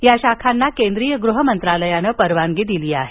या शाखांना केंद्रीय गृह मंत्रालयानं परवानगी दिली आहे